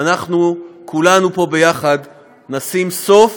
ואנחנו, כולנו פה ביחד, נשים סוף